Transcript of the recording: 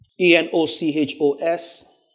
E-N-O-C-H-O-S